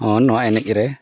ᱦᱮᱸ ᱱᱚᱣᱟ ᱮᱱᱮᱡ ᱨᱮ